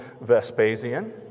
Vespasian